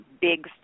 big